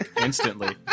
instantly